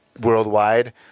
worldwide